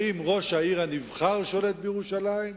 האם ראש העיר הנבחר שולט בירושלים?